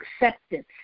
acceptance